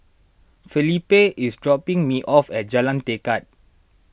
Felipe is dropping me off at Jalan Tekad